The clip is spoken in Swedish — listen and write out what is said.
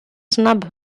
snabb